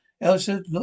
Elsa